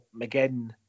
McGinn